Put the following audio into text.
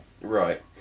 Right